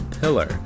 Pillar